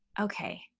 okay